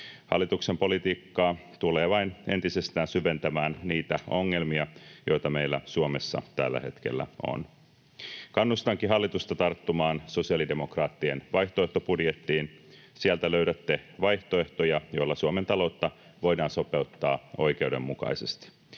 Hallituksen politiikka tulee vain entisestään syventämään niitä ongelmia, joita meillä Suomessa tällä hetkellä on. Kannustankin hallitusta tarttumaan sosiaalidemokraattien vaihtoehtobudjettiin. Sieltä löydätte vaihtoehtoja, joilla Suomen taloutta voidaan sopeuttaa oikeudenmukaisesti.